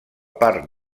part